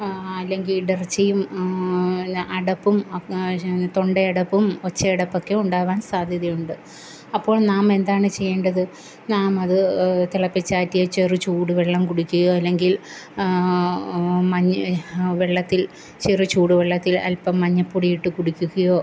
ആ ആ അല്ലെങ്കിൽ ഇടർച്ചയും ആ പിന്നെ അടപ്പും അത്യാവശ്യം പിന്നെ തൊണ്ടയടപ്പും ഒച്ചയടപ്പൊക്കെ ഉണ്ടാവാൻ സാധ്യതയുണ്ട് അപ്പോൾ നാമെന്താണ് ചെയ്യേണ്ടത് നാമത് തിളപ്പിച്ചാറ്റിയ ചെറു ചൂടുവെള്ളം കുടിക്കുകയോ അല്ലെങ്കിൽ മഞ്ഞ് വെള്ളത്തിൽ ചെറു ചൂടുവെള്ളത്തിൽ അൽപ്പം മഞ്ഞൾപ്പൊടിയിട്ട് കുടിക്കുകയോ